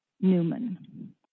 Newman